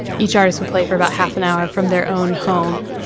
each artists would play for about half an hour from their own home.